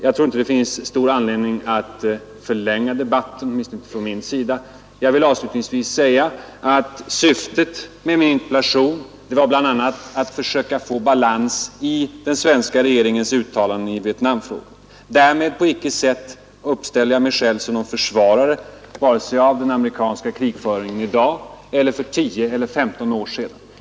Jag tror nu inte att det finns stor anledning att förlänga debatten — åtminstone inte från min sida. Jag vill avslutningsvis säga att syftet med min interpellation bl.a. var att försöka få balans i den svenska regeringens uttalanden i Vietnamfrågan. Därmed uppställer jag inte på något sätt mig själv som någon försvarare av den amerikanska krigföringen i dag eller för 10—15 år sedan.